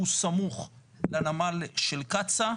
שהוא סמוך לנמל של קצא"א